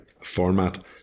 format